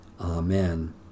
Amen